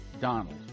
Donald